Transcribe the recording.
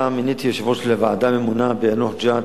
מיניתי יושב-ראש לוועדה הממונה ביאנוח-ג'ת,